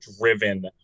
driven